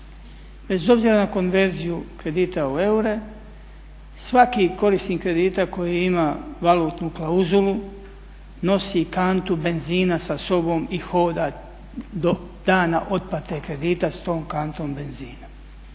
Bez obzira na konverziju kredita u eure svaki korisnik kredita koji ima valutnu klauzulu nosi kantu benzina sa sobom i hoda do dana otplate kredita s tom kantom benzina.